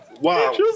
wow